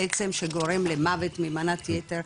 בעצם שגורם למוות ממנת יתר,